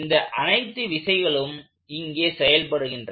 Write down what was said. இந்த அனைத்து விசைகளும் இங்கே செயல்படுகிறது